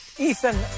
Ethan